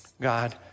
God